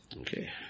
Okay